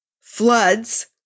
Floods